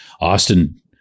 Austin